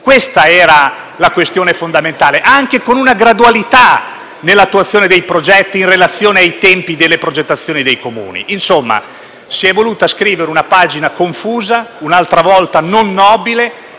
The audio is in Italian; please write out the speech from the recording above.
Questa era la questione fondamentale, anche con una gradualità nell'attuazione dei progetti in relazione ai tempi di progettazione dei Comuni. In sostanza, si è voluta scrivere una pagina confusa, un'altra volta non nobile,